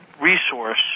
resource